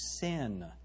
sin